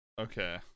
Okay